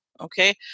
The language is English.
okay